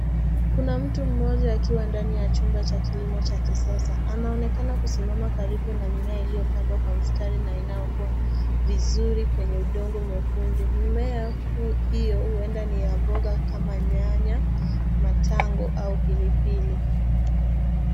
Kuna mtu mmoja akiwa ndani ya chumba cha kilimo cha kisasa. Anaonekana kusimama karibu na mimea iliopandwa kwa mistari na inayokuwa vizuri kwenye udongo mwekundu. Mimea hiyo huenda ni ya boga kama nyanya, matango au pilipili.